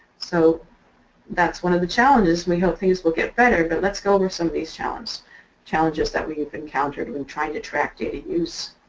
so that's one the challenges, we hope things will get better, but let's go over some of these challenges challenges that we've encountered when trying to track data use.